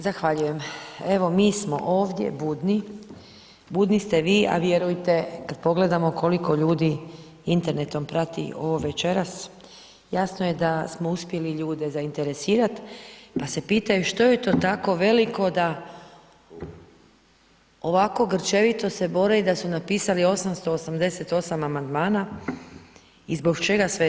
Zahvaljujem, evo mi smo ovdje budni, budni ste vi a vjerujte kad pogledamo koliko ljudi internetom plati ovo večeras jasno je da smo uspjeli ljude zainteresirat pa se pitaju što je to tako veliko da ovako grčevito se bore i da su napisali 888 amandmana i zbog čega sve to.